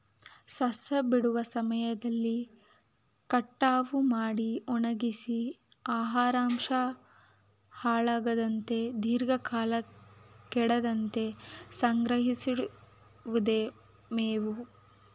ಸಸ್ಯ ಬಿಡುವ ಸಮಯದಲ್ಲಿ ಕಟಾವು ಮಾಡಿ ಒಣಗ್ಸಿ ಆಹಾರಾಂಶ ಹಾಳಾಗದಂತೆ ದೀರ್ಘಕಾಲ ಕೆಡದಂತೆ ಸಂಗ್ರಹಿಸಿಡಿವುದೆ ಮೇವು